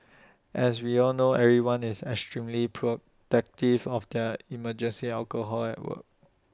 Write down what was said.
as we all know everyone is extremely protective of their emergency alcohol at work